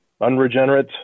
unregenerate